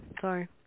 Sorry